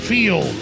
Feel